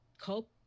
cope